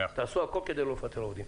תעשו הכול כדי לא לפטר עובדים.